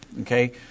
okay